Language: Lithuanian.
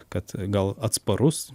kad gal atsparus